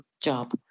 job